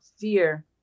fear